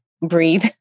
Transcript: breathe